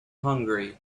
hungry